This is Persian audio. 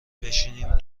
بشنیم